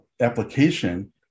application